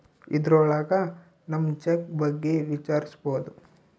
ಇದ್ರೊಳಗ ನಮ್ ಚೆಕ್ ಬಗ್ಗೆ ವಿಚಾರಿಸ್ಬೋದು